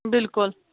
بِلکُل